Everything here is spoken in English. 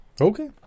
Okay